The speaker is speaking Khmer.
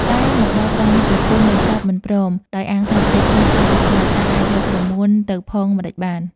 តែមកដល់ត្រង់នេះ ប្រពន្ធនៃសពមិនព្រម ដោយអាងថា "ប្តីខ្លួនស្លាប់ទៅហើយ តើអាចយកក្រមួនទៅផងម្តេចបាន?"។